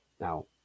Now